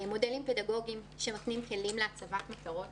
מודלים פדגוגים שמקנים כלים להצבת מטרות